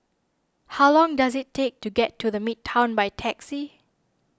how long does it take to get to the Midtown by taxi